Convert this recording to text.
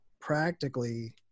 practically